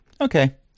Okay